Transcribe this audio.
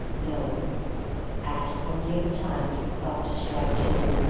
no at or near the time for the clock to strike two,